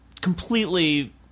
completely